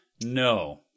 No